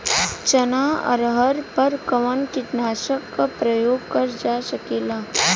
चना अरहर पर कवन कीटनाशक क प्रयोग कर जा सकेला?